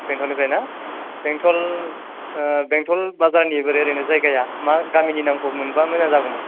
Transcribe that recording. बेंटलनिफ्राइ ना बेंटल बेंटल बाजारनि बोरै एरैनो जायगाया मा गामिनि नामखौ मोनबा मोजां जागौमोन